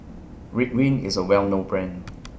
Ridwind IS A Well known Brand